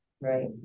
Right